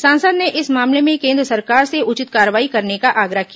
सांसद ने इस मामले में केन्द्र सरकार से उचित कार्रवाई करने का आग्रह किया